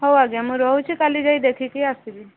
ହଉ ଆଜ୍ଞା ମୁଁ ରହୁଛି କାଲି ଯାଇ ଦେଖିକି ଆସିବି